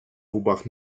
губах